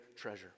treasure